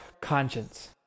conscience